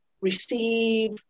receive